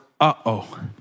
uh-oh